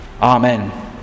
amen